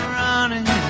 running